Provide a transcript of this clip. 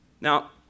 Now